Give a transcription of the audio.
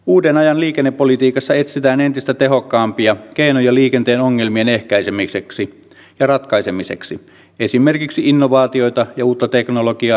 uuden ajan liikennepolitiikassa etsitään entistä tehokkaampia keinoja liikenteen ongelmien ehkäisemiseksi ja ratkaisemiseksi esimerkiksi innovaatioita ja uutta teknologiaa hyödyntämällä